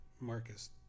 Marcus